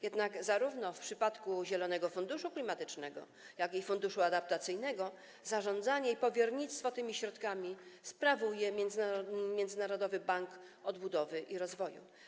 Jednak zarówno w przypadku Zielonego Funduszu Klimatycznego, jak i Funduszu Adaptacyjnego zarządzanie i powiernictwo tymi środkami sprawuje Międzynarodowy Bank Odbudowy i Rozwoju.